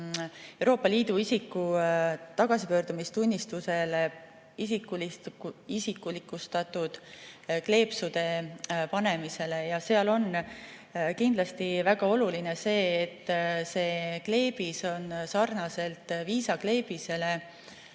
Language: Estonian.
Euroopa Liidu isiku tagasipöördumistunnistusele isikustatud kleepsude panemisele. Seal on kindlasti väga oluline see, et see kleebis on sarnaselt viisakleebisega